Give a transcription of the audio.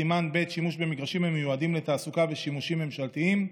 סימן ב' שימוש במגרשים המיועדים לתעסוקה ושימושים ממשלתיים,